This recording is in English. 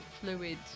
fluid